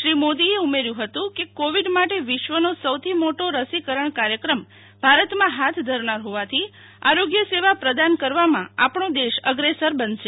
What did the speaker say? શ્રી મોદી એ ઉમેર્યું હતી કે કોવિડ માટે વિશ્વનો સૌથી મોટો રસીકરણ કાર્યક્રમ ભારતમાં હાથ ધરનાર હોવાથી આરોગ્ય સેવા પ્રદાન કરવામાં આપનો દેશ અગ્રેસર બનશે